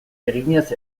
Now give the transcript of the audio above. eginez